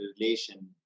relation